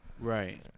right